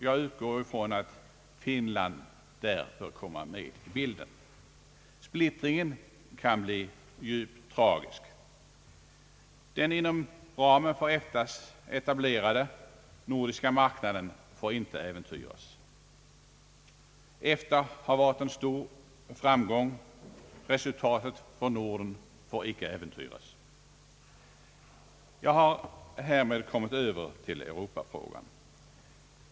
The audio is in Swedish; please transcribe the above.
Jag utgår ifrån att Finland bör innefattas i densamma. Splittringen kan bli djupt tragisk. Den inom ramen för EFTA etablerade nordiska marknaden får inte äventyras. Jag har härmed kommit över till Europafrågan.